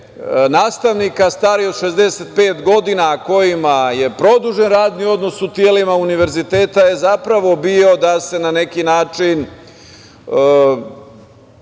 nastavnika starijih od 65 godina kojima je produžen radni odnos u telima univerziteta je zapravo bio da se na neki način